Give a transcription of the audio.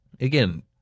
Again